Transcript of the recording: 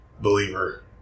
believer